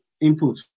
input